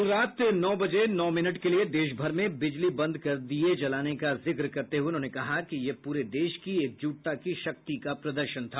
कल रात नौ बजे नौ मिनट के लिए देशभर में बिजली बंद कर दीये जलाने का जिक्र करते हुए उन्होंने कहा कि यह पूरे देश की एकजुटता की शक्ति का प्रदर्शन था